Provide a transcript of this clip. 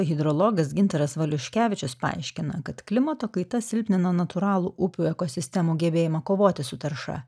hidrologas gintaras valiuškevičius paaiškina kad klimato kaita silpnina natūralų upių ekosistemų gebėjimą kovoti su tarša